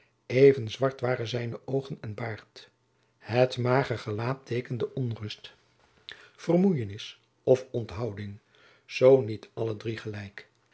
even zwart waren zijne oogen en baard het mager gelaat teekende onrust vermoeienis of onthouding zoo niet alle drie te gelijk